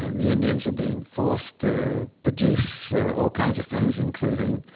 and the indians were being forced to produce all kinds of things, including